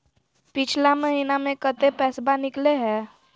पिछला महिना मे कते पैसबा निकले हैं?